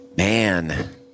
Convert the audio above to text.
man